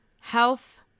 Health